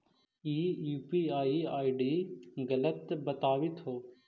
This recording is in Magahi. ई यू.पी.आई आई.डी गलत बताबीत हो